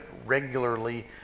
regularly